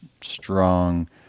strong